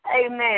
amen